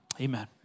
Amen